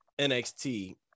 NXT